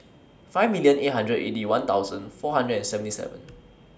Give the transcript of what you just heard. five million eight hundred and Eighty One thousand four hundred and seventy seven